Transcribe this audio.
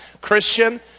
Christian